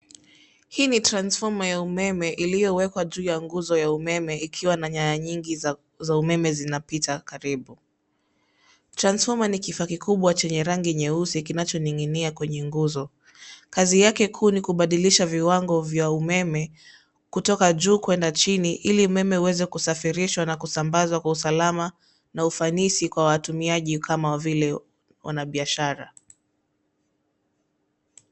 Hii ni transformer ya umeme iliyowekwa juu ya nguzo ya umeme, ikiwa na nyaya nyingi za umeme zinapita karibu. Transformer ni kifaa kikubwa cheusi kinachining'inia kwenye nguzo. KAzi yake kuu ni kubadilisha viwango vya umeme kutoka juu kwenda chini ili umeme uweze kusafirishwa na kusambazwa kwa usalama na ufanisi kwa watumiaji kama vile wanabiashara.